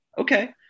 Okay